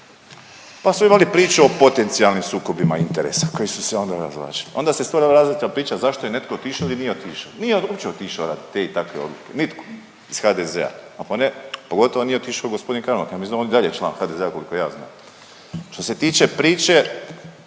Pa smo imali priču o potencijalnim sukobima interesa koji su se onda razvlačili. Onda se stvorila …/Govornik se ne razumije./… priča zašto je netko otišao ili nije otišao. Nije uopće otišao radi te i takve odluke nitko iz HDZ-a, pogotovo nije otišao gospodin …/Govornik se ne razumije./… ja mislim da je on i dalje član HDZ-a koliko ja znam. Što se tiče priče